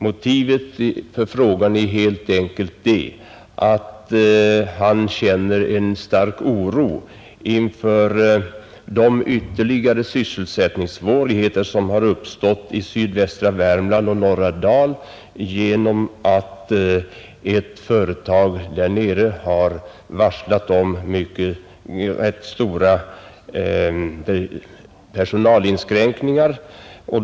Motivet för frågan är helt enkelt att han känner en stark oro inför de ytterligare sysselsättningssvårigheter som har uppstått i sydvästra Värm - land och norra Dal genom att ett företag där har varslat om ganska stora personalinskränkningaar.